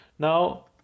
Now